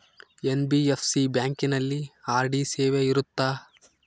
NBFC ಬ್ಯಾಂಕಿನಲ್ಲಿ RD ಸೇವೆ ಇರುತ್ತಾ?